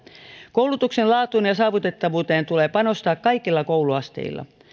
koulutuksen laatuun ja saavutettavuuteen tulee panostaa kaikilla kouluasteilla